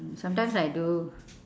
mm sometimes I do